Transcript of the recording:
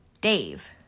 Dave